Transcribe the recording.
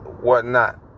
whatnot